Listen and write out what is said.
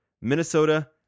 Minnesota